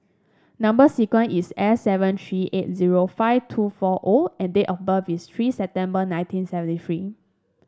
number sequence is S seven three eight zero five two four O and date of birth is three September nineteen seventy three